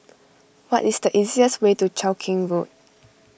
what is the easiest way to Cheow Keng Road